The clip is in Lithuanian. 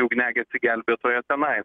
ugniagesį gelbėtoją tenais